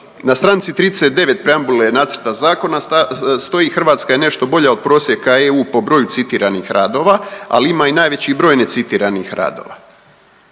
Na stranici 39 preambule nacrta zakona stoji Hrvatska je nešto bolja od prosjeka EU po broju citiranih radova, ali ima i najveći broj necitiranih radova.